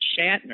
Shatner